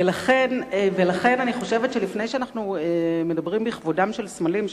ולכן אני חושבת שלפני שאנחנו מדברים בכבודם של סמלים,